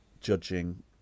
judging